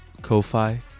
Ko-Fi